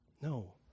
No